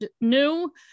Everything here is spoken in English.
new